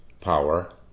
power